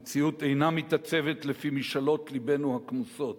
המציאות אינה מתעצבת לפי משאלות לבנו הכמוסות.